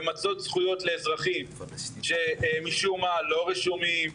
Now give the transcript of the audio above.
למצות זכויות לאזרחים שמשום מה לא רשומים,